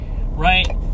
right